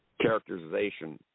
characterization